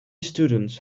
students